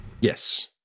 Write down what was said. Yes